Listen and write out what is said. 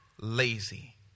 lazy